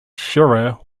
shearer